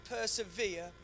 persevere